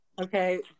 Okay